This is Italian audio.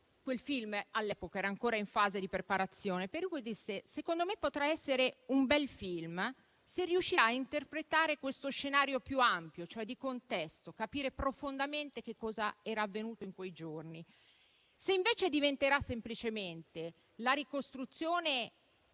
il film era ancora in fase di preparazione, disse: "Secondo me potrà essere un bel film se riuscirà a interpretare questo scenario più ampio, cioè di contesto, capire profondamente che cosa era avvenuto in quei giorni. Se invece diventerà semplicemente la ricostruzione